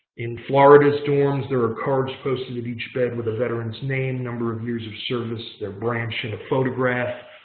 in florida's dorms, there are cards posted at each bed with the veteran's name, number of years of service, their branch, and a photograph.